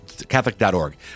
Catholic.org